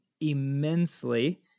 immensely